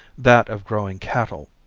that of growing cattle.